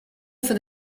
fait